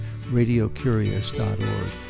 radiocurious.org